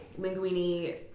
Linguini